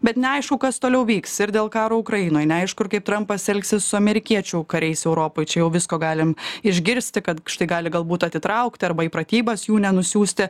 bet neaišku kas toliau vyks ir dėl karo ukrainoj neaišku ir kaip trampas elgsis su amerikiečių kariais europoj čia jau visko galim išgirsti kad tai gali galbūt atitraukti arba į pratybas jų nenusiųsti